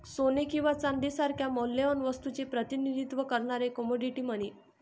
सोने किंवा चांदी सारख्या मौल्यवान वस्तूचे प्रतिनिधित्व करणारे कमोडिटी मनी